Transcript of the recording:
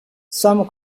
some